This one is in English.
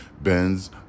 Benz